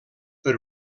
per